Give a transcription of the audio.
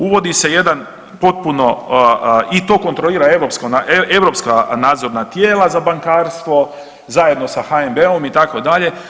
Uvodi se jedan potpuno i to kontrolira europska nadzorna tijela za bankarstvo zajedno sa HNB-om itd.